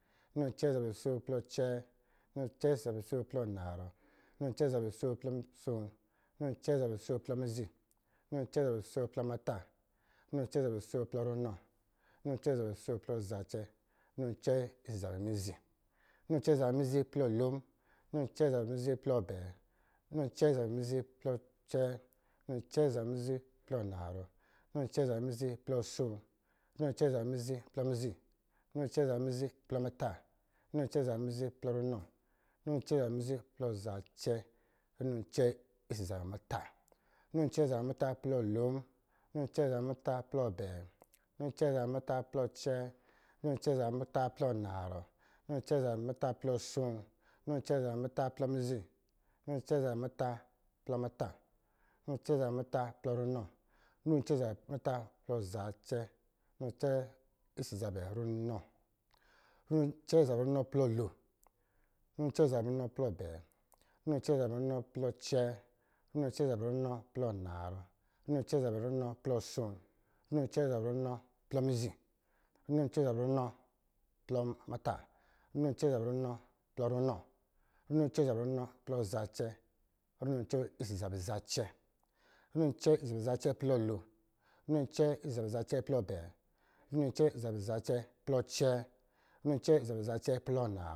Runo abɛɛ ɔsɔ̄ zabɛ asoo plɔ acɛɛ, runo abɛɛ ɔsɔ̄ zabɛ asoo plɔ anarɔ, runo abɛɛ ɔsɔ̄ zabɛ asoo plɔ asoo, runo abɛɛ ɔsɔ̄ zabɛ asoo plɔ mizi, runo abɛɛ ɔsɔ̄ zabɛ asoo plɔ muta, runo asoo ɔsɔ̄ zabɛ asoo plɔ runɔ, runo asoo ɔsɔ̄ zabɛ asoo plɔ zacɛ, runo asoo ɔsɔ̄ zabɛ mizi, runo asoo ɔsɔ̄ zabɛ mizi plɔ lo, runo asoo ɔsɔ̄ zabɛ mizi plɔ abɛɛ, runo asoo ɔsɔ̄ zabɛ mizi plɔ acɛɛ, runo asoo ɔsɔ̄ zabɛ mizi plɔ anarɔ, runo asoo ɔsɔ̄ zabɛ mizi plɔ asoo, runo asoo ɔsɔ̄ zabɛ mizi plɔ mizi, runo asoo ɔsɔ̄ zabɛ mizi plɔ muta, runo asoo ɔsɔ̄ zabɛ mizi plɔ runɔ, runo asoo ɔsɔ̄ zabɛ mizi plɔ zaɛ, runo asoo ɔsɔ̄ zabɛ muta, runo asoo ɔsɔ̄ zabɛ muta plɔ lo, runo asoo ɔsɔ̄ zabɛ muta plɔ abɛɛ, runo asoo ɔsɔ̄ zabɛ muta plɔ acɛɛ, runo asoo ɔsɔ̄ zabɛ muta plɔ anan, runo asoo ɔsɔ̄ zabɛ muta plɔ runo asoo ɔsɔ̄ zabɛ muta plɔ mizi, runo asoo ɔsɔ̄ zabɛ muta plɔ muta, runo asoo ɔsɔ̄ zabɛ muta plɔ runɔ, runo asoo ɔsɔ̄ zabɛ muta plɔ zacɛ, runo asoo ɔsɔ̄ zabɛ muta plɔ runɔ, runo asoo ɔsɔ̄ zabɛ runɔ plɔ lo, runo asoo ɔsɔ̄ zabɛ runɔ plɔ abɛɛ, runo asoo ɔsɔ̄ zabɛ runɔ plɔ acɛɛ, runo asoo ɔsɔ̄ zabɛ runɔ plɔ anarɔ, runo asoo ɔsɔ̄ zabɛ runɔ plɔ asoo, runo asoo ɔsɔ̄ zabɛ runɔ plɔ mizi, runo asoo ɔsɔ̄ zabɛ runɔ plɔ muta, runo asoo ɔsɔ̄ zabɛ runɔ plɔ runɔ, runo asoo ɔsɔ̄ zabɛ runɔ plɔ zacɛ, runo asoo ɔsɔ̄ zabɛ zace, runo asoo ɔsɔ̄ zabɛ zace plɔ lo, runo asoo ɔsɔ̄ zabɛ zace plɔ abɛɛ, runo asoo ɔsɔ̄ zabɛ zace plɔ acɛɛ, runo asoo ɔsɔ̄ zabɛ zace plɔ anarɔ